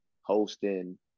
hosting